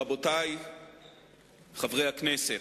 רבותי חברי הכנסת,